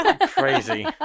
Crazy